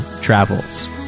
travels